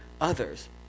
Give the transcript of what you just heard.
others